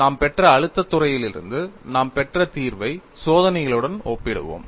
நாம் பெற்ற அழுத்தத் துறையிலிருந்து நாம் பெற்ற தீர்வை சோதனைகளுடன் ஒப்பிடுவோம்